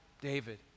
David